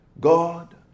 God